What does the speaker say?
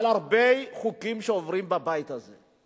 על הרבה חוקים שעוברים בבית הזה,